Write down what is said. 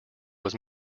was